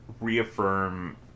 reaffirm